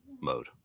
mode